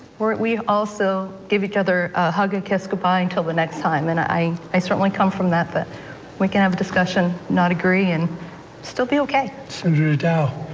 we also give each other a hug and kiss goodbye until the next time and i i certainly come from that that we can have discussion, not agree and still be okay. senator dow?